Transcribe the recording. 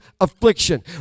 affliction